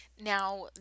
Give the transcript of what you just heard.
now